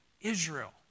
Israel